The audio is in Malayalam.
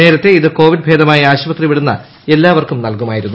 നേരത്തെ ഇത് കോവിഡ് ഭേദമായി ആശുപത്രി വിടുന്ന എല്ലാവർക്കും നൽകുമായിരുന്നു